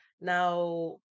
Now